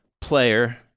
player